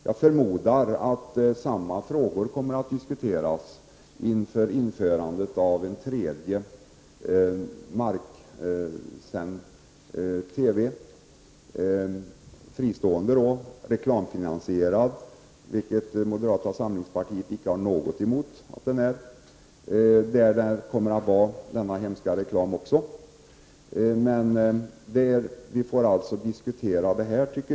Jag förmodar att samma frågor kommer att diskuteras inför införandet av en tredje marksänd, fristående, reklamfinansierad TV-kanal. Moderata samlingspartiet har icke något emot reklamfinansiering av denna kanal eller att denna hemska reklam kommer att finnas där.